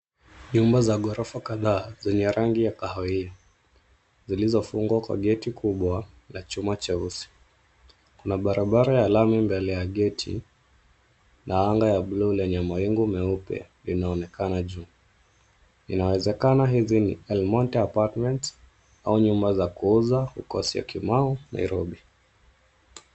Nyumba za ghorofa kadhaa zenye rangi ya kahawia, zilizofungwa kwa geti kubwa la chuma cheusi. Kuna barabara ya alami mbele ya geti na anga ya blue lenye mwingu meupe inaonekana juu. Inawezekana hizi ni El Monte Apartments au nyumba za kuuza huko Syokimau, Nairobi.